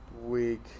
week